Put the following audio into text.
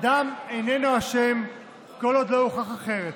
אדם איננו אשם כל עוד לא הוכח אחרת.